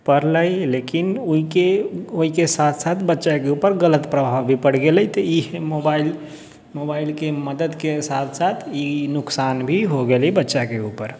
पढ़लै लेकिन ओहिके साथ साथ बच्चाके उपर गलत प्रभाव भी पड़ि गेलै तऽ ई मोबाइल मोबाइलके मददके साथ साथ ई नोकसान भी हो गेलै बच्चाके उपर